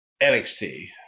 NXT